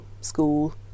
school